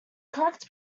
correct